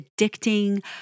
addicting